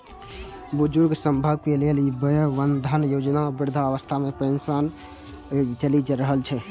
बुजुर्ग सभक लेल वय बंधन योजना, वृद्धावस्था पेंशन योजना चलि रहल छै